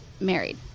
married